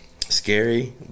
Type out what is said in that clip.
scary